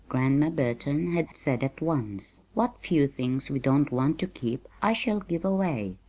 grandma burton had said at once. what few things we don't want to keep i shall give away.